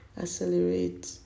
accelerate